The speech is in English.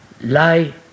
lie